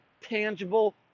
tangible